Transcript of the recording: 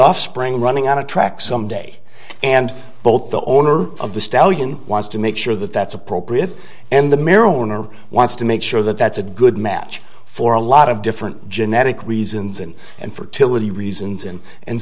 running on a track someday and both the owner of the stallion wants to make sure that that's appropriate and the mirror owner wants to make sure that that's a good match for a lot of different genetic reasons and and fertility reasons and and